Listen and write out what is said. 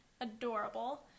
adorable